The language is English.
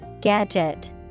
Gadget